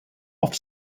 off